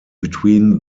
between